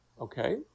okay